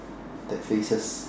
that faces